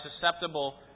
susceptible